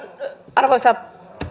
arvoisa